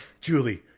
Julie